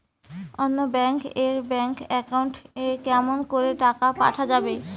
অন্য ব্যাংক এর bank account এ কেমন করে টাকা পাঠা যাবে?